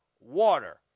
water